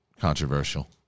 controversial